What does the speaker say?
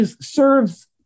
serves